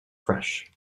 fresh